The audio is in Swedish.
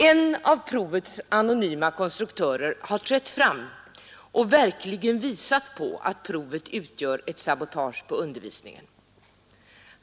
En av provets anonyma konstruktörer har trätt fram och verkligen visat på att provet utgör ett sabotage mot undervisningen.